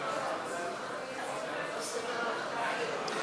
אי-אמון בממשלה לא נתקבלה.